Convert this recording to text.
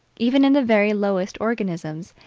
even in the very lowest organisms,